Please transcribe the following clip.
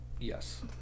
Yes